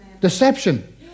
deception